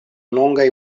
longaj